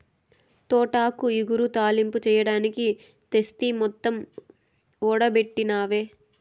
తోటాకు ఇగురు, తాలింపు చెయ్యడానికి తెస్తి మొత్తం ఓడబెట్టినవే